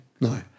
No